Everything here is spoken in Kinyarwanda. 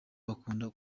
bakunda